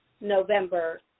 November